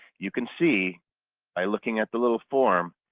you can see by looking at the little form,